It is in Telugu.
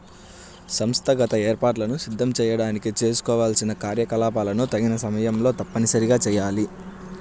సంస్థాగత ఏర్పాట్లను సిద్ధం చేయడానికి చేసుకోవాల్సిన కార్యకలాపాలను తగిన సమయంలో తప్పనిసరిగా చేయాలి